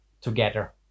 together